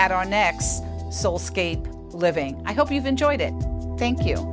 at our next soul scape living i hope you've enjoyed it thank you